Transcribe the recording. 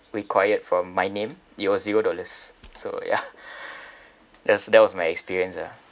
required for my name it was zero dollars so yeah that was that was my experience ah